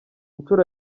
nshuro